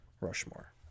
Rushmore